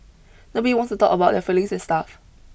nobody wants to talk about their feelings and stuff